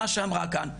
מה שאמרה כאן.